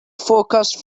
forecast